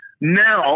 Now